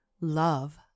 love